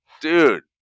Dude